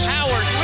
Howard